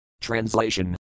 Translation